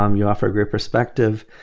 um you offer a great perspective,